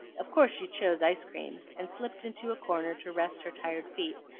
of course she chose ice-cream, and slipped into a corner to rest her tired feet,